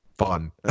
fun